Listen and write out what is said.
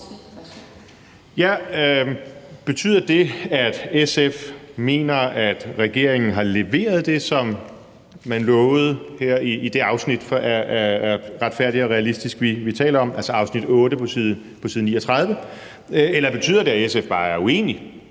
Betyder det, at SF mener, at regeringen har leveret det, som den lovede her i det afsnit af »Retfærdig og realistisk – en udlændingepolitik, der samler Danmark«, altså i afsnit 8 på side 39? Eller betyder det, at SF bare er uenig